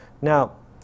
Now